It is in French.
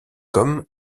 comme